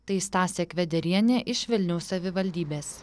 tai stasė kvederienė iš vilniaus savivaldybės